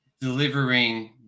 delivering